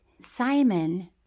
simon